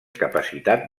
capacitat